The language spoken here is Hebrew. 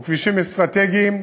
או אפילו כביש 6 או כבישים אסטרטגיים,